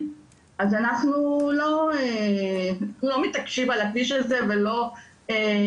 אז אנחנו לא מתעקשים על הכביש הזה ונבין.